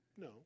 No